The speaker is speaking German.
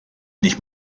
nicht